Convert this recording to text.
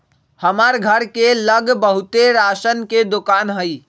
हमर घर के लग बहुते राशन के दोकान हई